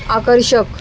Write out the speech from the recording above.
आकर्षक